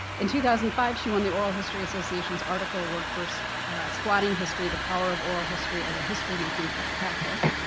in two thousand and five she won the oral history association's article award for so squatting history the power of oral history as a history-making practice.